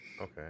Okay